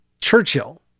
Churchill